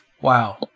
Wow